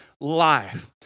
life